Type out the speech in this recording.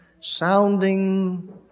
sounding